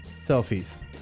selfies